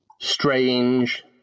strange